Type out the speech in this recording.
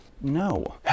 No